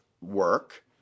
work